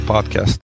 Podcast